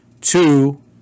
two